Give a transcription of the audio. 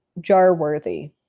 jar-worthy